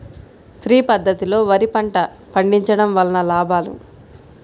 శ్రీ పద్ధతిలో వరి పంట పండించడం వలన లాభాలు?